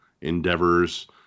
endeavors